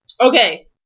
Okay